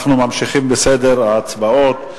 אנחנו ממשיכים בסדר ההצבעות.